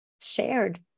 shared